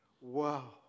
Wow